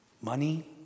Money